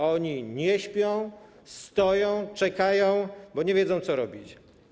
A oni nie śpią - stoją, czekają, bo nie wiedzą, co robić.